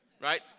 right